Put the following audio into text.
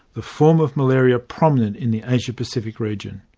the form of malaria prominent in the asia-pacific region.